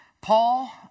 Paul